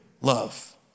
love